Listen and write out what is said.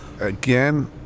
again